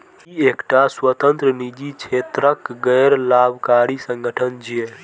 ई एकटा स्वतंत्र, निजी क्षेत्रक गैर लाभकारी संगठन छियै